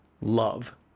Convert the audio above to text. love